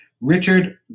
Richard